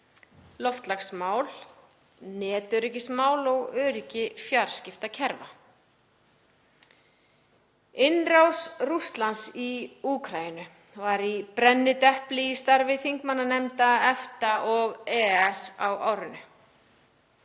loftslagsmál, netöryggismál og öryggi fjarskiptakerfa. Innrás Rússlands í Úkraínu var í brennidepli í starfi þingmannanefnda EFTA og EES á árinu.